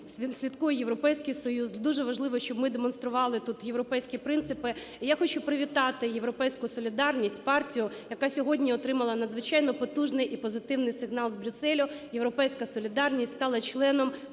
слідкує Європейський Союз, дуже важливо, щоб ми демонстрували тут європейські принципи. І я хочу привітати "Європейську солідарність", партію, яка сьогодні отримала надзвичайно потужний і позитивний сигнал з Брюсселю, "Європейська солідарність" стала членом